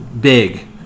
Big